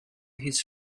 his